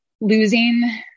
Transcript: losing